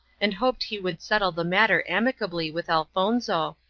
and hoped he would settle the matter amicably with elfonzo,